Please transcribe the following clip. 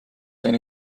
sain